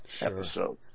episode